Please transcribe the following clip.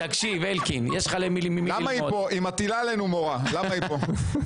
זה כבר חדשות של פעם.